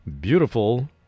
beautiful